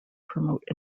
promote